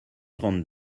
trente